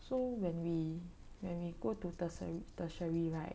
so when we when we go to tertiary tertiary right